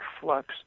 flux